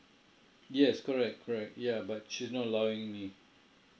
yes correct correct yeah but she's not allowing me